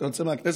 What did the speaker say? אתה יוצא מהכנסת?